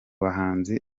bahanzi